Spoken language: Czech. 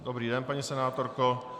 Dobrý den, paní senátorko.